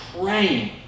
praying